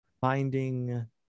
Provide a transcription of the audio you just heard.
finding